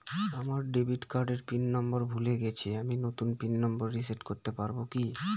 আমার ডেবিট কার্ডের pin number ভুলে গেছি আমি নূতন পিন নম্বর রিসেট করতে পারবো কি?